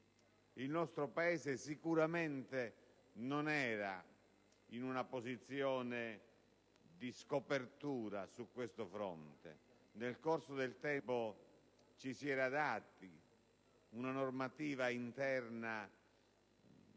Il nostro Paese sicuramente non era in una posizione di scopertura su questo fronte: nel corso del tempo ci si era dati una normativa interna,